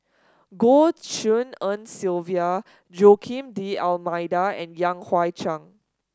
Goh Tshin En Sylvia Joaquim D'Almeida and Yan Hui Chang